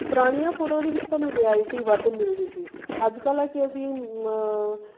ਪੁਰਾਣੀਆਂ ਫੋਟੋਆਂ ਦੇ ਵਿੱਚ ਤੁਹਾਨੂੰ ਰਿਐਲਿਟੀ ਵੱਧ ਮਿਲਦੀ ਸੀ ਅੱਜ ਕੱਲ੍ਹ ਹੈ ਕਿ ਅਸੀਂ